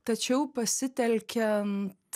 tačiau pasitelkiant